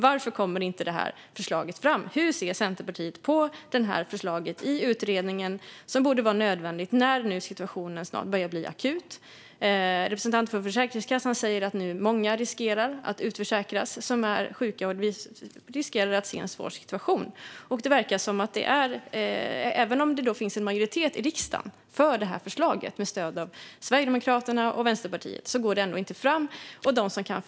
Varför kommer inte det här förslaget fram? Hur ser Centerpartiet på förslaget i utredningen, som borde vara nödvändigt när situationen nu börjar bli akut? Representanter för Försäkringskassan säger att många sjuka nu riskerar att utförsäkras och att vi riskerar att få se en svår situation. Det verkar som att detta förslag, även om det finns en majoritet för det i riksdagen i och med att det stöds av Sverigedemokraterna och Vänsterpartiet, ändå inte kommer fram.